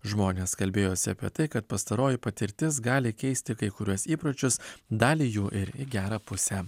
žmonės kalbėjosi apie tai kad pastaroji patirtis gali keisti kai kuriuos įpročius dalį jų ir į gerą pusę